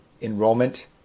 enrollment